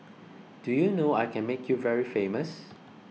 do you know I can make you very famous